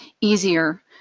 easier